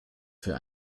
für